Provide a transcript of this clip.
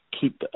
keep